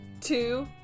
two